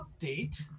update